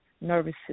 nervous